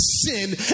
sin